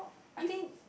I think